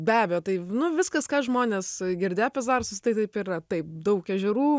be abejo tai nu viskas ką žmonės girdėję apie zarasus tai taip yra taip daug ežerų